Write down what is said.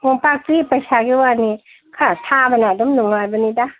ꯃꯣꯝꯄꯥꯛꯇꯤ ꯄꯩꯁꯥꯒꯤ ꯋꯥꯅꯤ ꯈꯔ ꯊꯥꯕꯅ ꯑꯗꯨꯝ ꯅꯨꯡꯉꯥꯏꯕꯅꯤꯗ